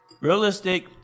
realistic